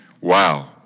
Wow